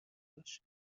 داشت